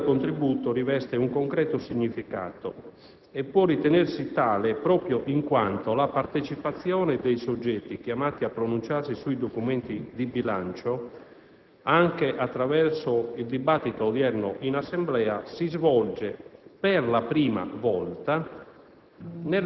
che un tale contributo riveste un concreto significato e può ritenersi tale proprio in quanto la partecipazione dei soggetti chiamati a pronunciarsi sui documenti di bilancio, anche attraverso il dibattito odierno in Assemblea, si svolge per la prima volta